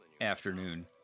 afternoon